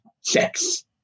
sex